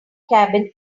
cabin